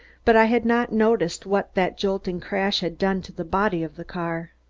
but i had not noticed what that jolting crash had done to the body of the car.